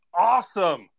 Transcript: awesome